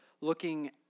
looking